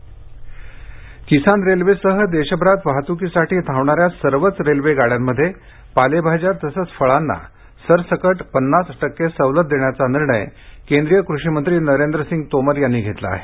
railway शेतमाल किसान रेल्वेसह देशभरात वाहतुकीसाठी धावणाऱ्या सर्वच रेल्वे गाड्यांमध्ये पालेभाज्या तसंच फळांना सरसकट पन्नास टक्के सवलत देण्याचा निर्णय केंद्रीय कृषिमंत्री नरेंद्रसिंग तोमर यांनी घेतला आहे